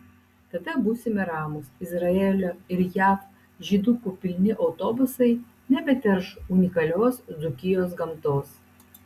tada būsime ramūs izraelio ir jav žydukų pilni autobusai nebeterš unikalios dzūkijos gamtos